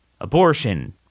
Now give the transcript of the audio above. Abortion